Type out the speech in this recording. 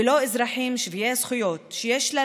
ולא אזרחים שווי זכויות שיש לה,